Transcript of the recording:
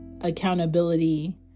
accountability